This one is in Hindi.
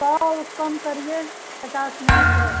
सौ कम करिए पचास नहीं सौ